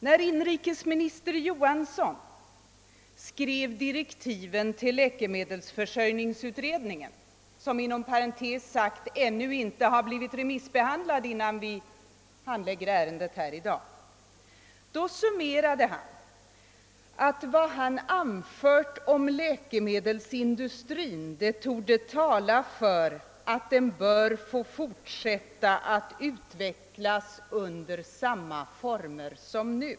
När förre inrikesministern Johansson skrev direktiven till läkemedelsförsörjningsutredningen — vars betänkande inte blivit remissbehandlat innan vi handlägger detta ärende — summerade han att vad han anfört om läkemedelsindustrin torde tala för att den bör få fortsätta att utvecklas under samma former som nu.